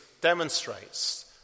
demonstrates